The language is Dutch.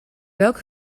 welk